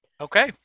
Okay